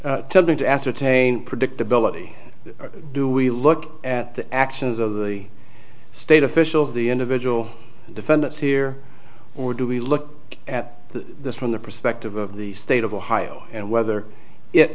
or to ascertain predictability or do we look at the actions of the state officials of the individual defendants here or do we look at the from the perspective of the state of ohio and whether it